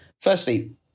Firstly